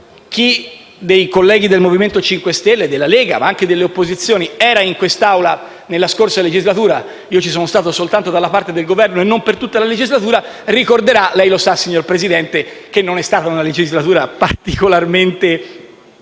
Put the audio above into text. Chi, dei colleghi del MoVimento 5 Stelle e della Lega, ma anche delle opposizioni, era in quest'Aula nella scorsa legislatura - io ci sono stato soltanto dalla parte del Governo e non per tutta la legislatura - ricorderà, lei lo sa, signor Presidente, che non è stata una legislatura particolarmente